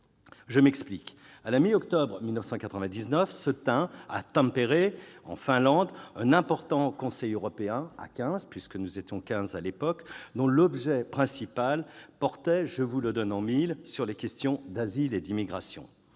Je m'explique : à la mi-octobre 1999 se tint, à Tampere, en Finlande, un important Conseil européen- à quinze à l'époque -dont l'objet principal portait- je vous le donne en mille -sur les questions d'asile et d'immigration